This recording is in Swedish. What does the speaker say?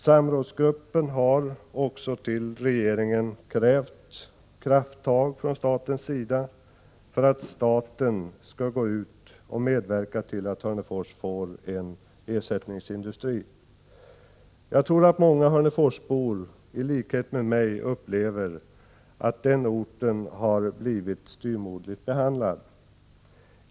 Samrådsgruppen har också hos regeringen krävt krafttag från statens sida, för att staten skall medverka till att Hörnefors får en ersättningsindustri. Jag tror att många hörneforsbor i likhet med mig upplever att den orten har blivit styvmoderligt behandlad.